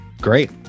great